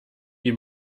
wie